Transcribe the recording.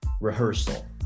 Rehearsal